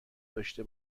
داشته